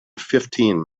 fifteen